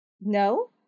No